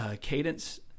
Cadence